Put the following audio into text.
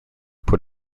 put